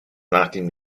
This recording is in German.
nachdem